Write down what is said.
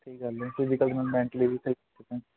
ਕੋਈ ਗੱਲ ਨਹੀਂ ਤੁਸੀਂ ਮੈਨੂੰ ਮੈਂਟਲੀ ਵੀ ਹੈਲਪ